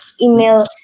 email